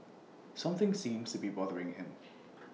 something seems to be bothering him